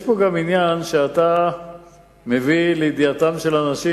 יש פה גם עניין שאתה מביא לידיעתם של אנשים